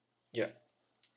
ya